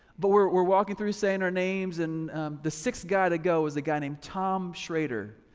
but we're walking through saying our names and the sixth guy to go was a guy named tom schrader,